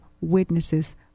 witnesses